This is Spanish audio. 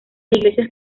iglesias